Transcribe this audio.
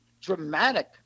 dramatic